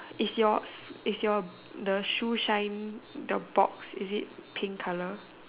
it's yours it's your the shoe shine the box is it pink colour